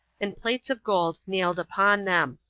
and plates of gold nailed upon them.